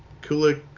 Kulik